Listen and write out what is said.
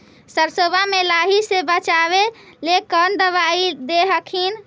सरसोबा मे लाहि से बाचबे ले कौन दबइया दे हखिन?